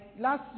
last